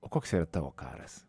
o koks yra tavo karas